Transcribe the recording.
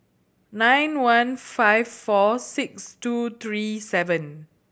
nine one five four six two three seven